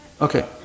Okay